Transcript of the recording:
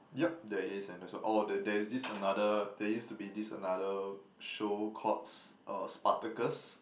yup there is and there's oh there there is this another there used to be this another show called Sp~ uh Spartacus